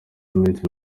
iminsi